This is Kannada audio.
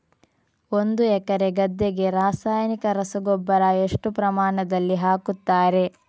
ಒಂದು ಎಕರೆ ಗದ್ದೆಗೆ ರಾಸಾಯನಿಕ ರಸಗೊಬ್ಬರ ಎಷ್ಟು ಪ್ರಮಾಣದಲ್ಲಿ ಹಾಕುತ್ತಾರೆ?